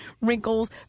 wrinkles